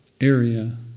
area